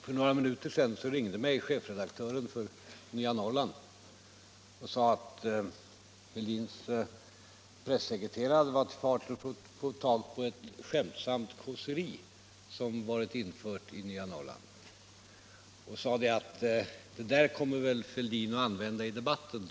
För några minuter sedan ringde chefredaktören för Nya Norrland mig och sade att herr Fälldins pressekreterare varit i farten och fått tag i ett skämtsamt kåseri som varit infört i Nya Norrland. Han sade att det kommer Fälldin antagligen att använda i debatten.